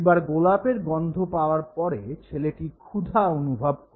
এবার গোলাপের গন্ধ পাওয়ার পরে ছেলেটি ক্ষুধা অনুভব করে